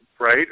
right